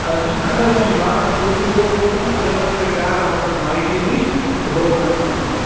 اۭں سُہ چھِ اَندر کُنٕے محلَس منٛز ییٚلہِ تُہۍ یور وٲتِو نہٕ حظ بہٕ حظ آسو یے پیٛاران ہُتٮ۪ن مسجِد نِش تہٕ بہٕ حظ اَنو تُہۍ